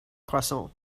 croissants